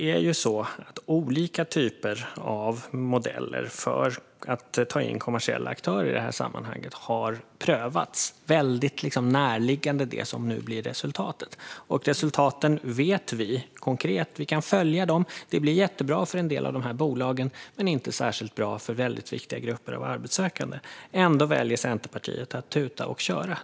Fru talman! Olika typer av modeller för att ta in kommersiella aktörer i detta sammanhang har prövats väldigt närliggande det som nu blir resultatet. Resultaten vet vi konkret vad de blir - vi kan följa dem. Det blir jättebra för en del av dessa bolag men inte särskilt bra för viktiga grupper av arbetssökande. Ändå väljer Centerpartiet att tuta och köra.